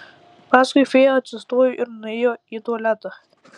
paskui fėja atsistojo ir nuėjo į tualetą